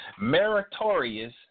Meritorious